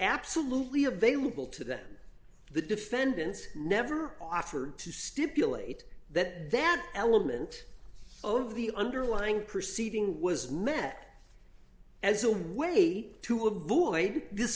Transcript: absolutely available to them the defendants never offered to stipulate that that element of the underlying proceeding was met as a way to avoid th